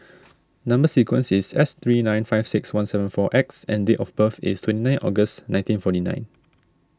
Number Sequence is S three nine five six one seven four X and date of birth is twenty nine August nineteen forty nine